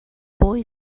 boy